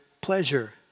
pleasure